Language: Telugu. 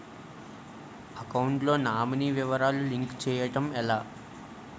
అకౌంట్ లో నామినీ వివరాలు లింక్ చేయటం ఎలా?